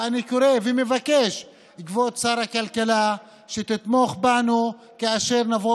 ואני קורא ומבקש מכבוד שר הכלכלה שתתמוך בנו כאשר נבוא